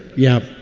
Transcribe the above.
yeah.